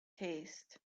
taste